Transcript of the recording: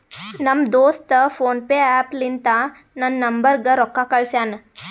ನಮ್ ದೋಸ್ತ ಫೋನ್ಪೇ ಆ್ಯಪ ಲಿಂತಾ ನನ್ ನಂಬರ್ಗ ರೊಕ್ಕಾ ಕಳ್ಸ್ಯಾನ್